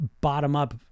bottom-up